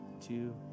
two